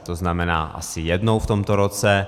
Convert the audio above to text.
To znamená asi jednou v tomto roce.